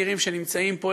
הצעירים שנמצאים פה,